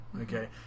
Okay